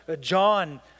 John